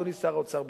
אדוני שר האוצר,